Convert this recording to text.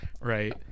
right